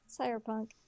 Cyberpunk